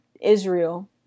Israel